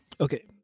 Okay